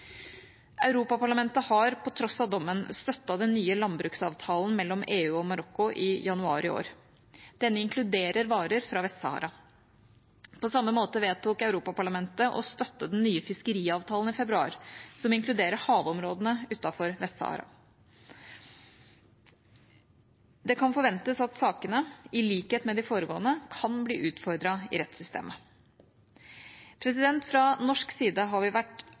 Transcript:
Europaparlamentet har på tross av dommen støttet den nye landbruksavtalen mellom EU og Marokko i januar i år. Denne inkluderer varer fra Vest-Sahara. På samme måte vedtok Europaparlamentet i februar å støtte den nye fiskeriavtalen, som inkluderer havområdene utenfor Vest-Sahara. Det kan forventes at sakene, i likhet med de foregående, kan bli utfordret i rettssystemet. Fra norsk side har vi særlig vært